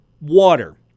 water